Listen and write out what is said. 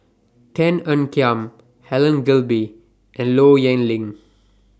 Tan Ean Kiam Helen Gilbey and Low Yen Ling